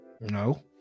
No